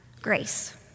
grace